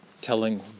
telling